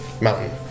mountain